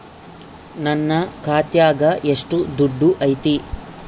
ನನ್ನ ಖಾತ್ಯಾಗ ಎಷ್ಟು ದುಡ್ಡು ಐತಿ?